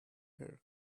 her